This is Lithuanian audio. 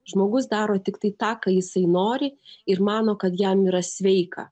žmogus daro tiktai tą ką jisai nori ir mano kad jam yra sveika